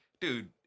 Dude